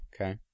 Okay